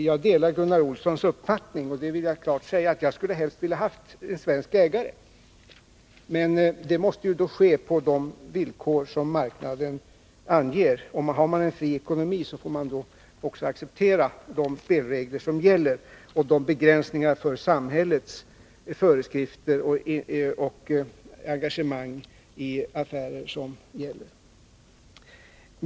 Jag delar Gunnar Olssons uppfattning, och jag vill klart säga ut att också jag helst skulle ha velat se en svensk ägare till företaget, men övertagandet måste ju ske på de villkor som marknaden anger. Har man en fri ekonomi, får man också acceptera de spelregler som gäller och de begränsningar för samhällets föreskrifter och engagemang i affärer som finns.